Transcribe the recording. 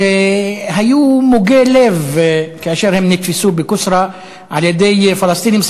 שהיו מוגי לב כאשר הם נתפסו בקוצרא על-ידי פלסטינים,